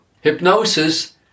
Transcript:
hypnosis